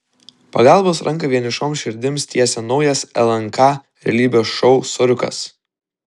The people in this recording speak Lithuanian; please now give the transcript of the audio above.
pagalbos ranką vienišoms širdims tiesia naujas lnk realybės šou soriukas